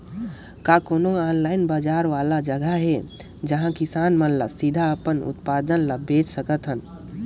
का कोनो ऑनलाइन बाजार वाला जगह हे का जहां किसान मन ल सीधे अपन उत्पाद ल बेच सकथन?